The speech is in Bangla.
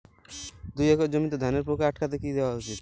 দুই একর জমিতে ধানের পোকা আটকাতে কি দেওয়া উচিৎ?